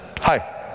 Hi